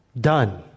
Done